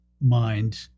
mind